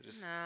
No